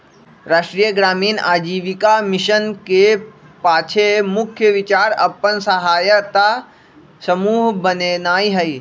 राष्ट्रीय ग्रामीण आजीविका मिशन के पाछे मुख्य विचार अप्पन सहायता समूह बनेनाइ हइ